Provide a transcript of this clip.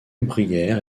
bruyère